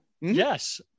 Yes